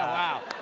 ah wow,